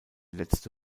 letzte